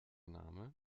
name